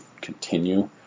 continue